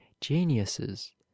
geniuses